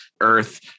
Earth